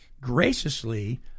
graciously